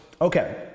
Okay